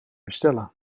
bestellen